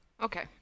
Okay